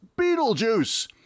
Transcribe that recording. Beetlejuice